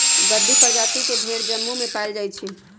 गद्दी परजाति के भेड़ जम्मू में पाएल जाई छई